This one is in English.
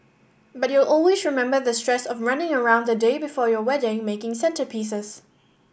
but you'll always remember the stress of running around the day before your wedding making centrepieces